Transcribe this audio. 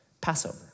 Passover